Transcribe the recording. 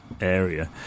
area